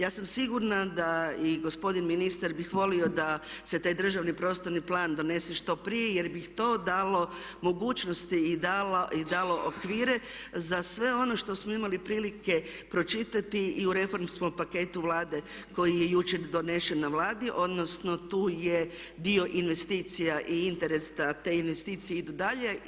Ja sam sigurna da i gospodin ministar bi volio da se taj državni prostorni plan donese što prije jer bi to dalo mogućnosti i dalo okvire za sve ono što smo imali prilike pročitati i u reformskom paketu Vlade koji je jučer donesen na Vladi, odnosno tu je dio investicija i interes da te investicije idu dalje.